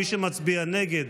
מי שמצביע נגד,